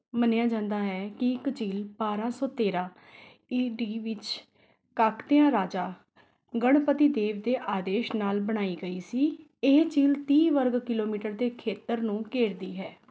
ਮੰਨਿਆ ਜਾਂਦਾ ਹੈ ਕਿ ਇੱਕ ਝੀਲ ਬਾਰਾਂ ਸੌ ਤੇਰਾਂ ਈ ਡੀ ਵਿੱਚ ਕਾਕਤੀਆ ਰਾਜਾ ਗਣਪਤੀ ਦੇਵ ਦੇ ਆਦੇਸ਼ ਨਾਲ ਬਣਾਈ ਗਈ ਸੀ ਇਹ ਝੀਲ ਤੀਹ ਵਰਗ ਕਿਲੋਮੀਟਰ ਦੇ ਖੇਤਰ ਨੂੰ ਘੇਰਦੀ ਹੈ